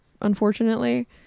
unfortunately